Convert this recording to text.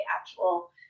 actual